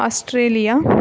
Australia